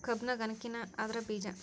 ಕಬ್ಬಿನ ಗನಕಿನ ಅದ್ರ ಬೇಜಾ